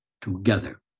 together